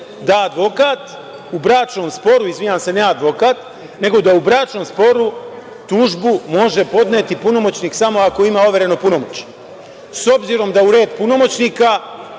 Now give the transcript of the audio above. da advokat u bračnom sporu, izvinjavam se, ne advokat nego da u bračnom sporu tužbu može podneti punomoćnik samo ako ima overeno punomoćje. S obzirom da u red punomoćnika